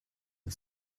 and